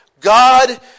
God